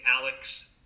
Alex